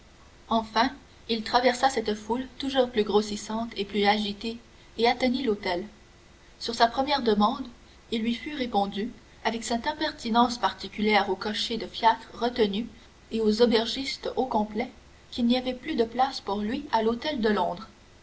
enfin il traversa cette foule toujours plus grossissante et plus agitée et atteignit l'hôtel sur sa première demande il lui fut répondu avec cette impertinence particulière aux cochers de fiacre retenus et aux aubergistes au complet qu'il n'y avait plus de place pour lui à l'hôtel de londres